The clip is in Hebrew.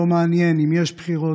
לא מעניין אם יש בחירות,